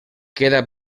queda